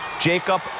Jacob